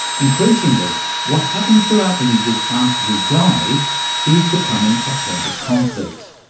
increasingly what happens to our images after we die is becoming a point of conflict.